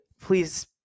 Please